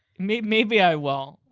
maybe maybe i will.